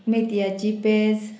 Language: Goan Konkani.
मेतयाची पेज